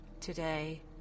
today